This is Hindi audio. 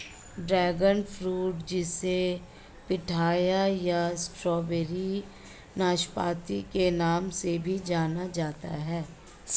ड्रैगन फ्रूट जिसे पिठाया या स्ट्रॉबेरी नाशपाती के नाम से भी जाना जाता है